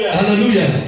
Hallelujah